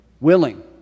Willing